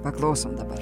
paklausom dabar